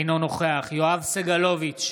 אינו נוכח יואב סגלוביץ'